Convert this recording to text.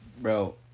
bro